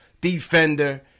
defender